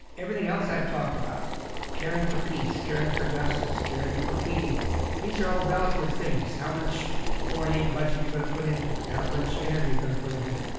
everything else i've talked about caring for peace, caring for justice, caring for feeding these are all relative things. how much foreign aid budget you're going to put into it, how much energy you're going to put into it.